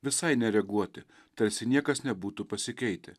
visai nereaguoti tarsi niekas nebūtų pasikeitę